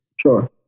Sure